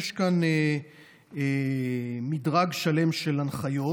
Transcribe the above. יש כאן מדרג שלם של הנחיות,